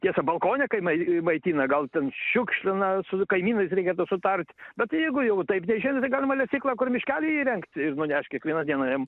tiesa balkone kai mai maitina gal ten šiukšlina su kaimynais reikėtų sutart bet jeigu jau taip tai žinote galima lesyklą kur miškely įrengt ir nunešt kiekvieną dieną jiem